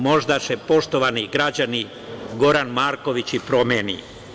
Možda se, poštovani građani, Goran Marković i promeni.